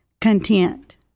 content